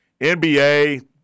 NBA